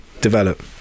develop